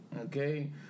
okay